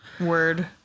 word